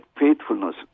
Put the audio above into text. faithfulness